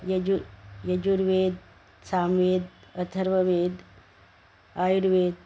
Yaju Yajurveda Samaveda Atharvaveda Ayurveda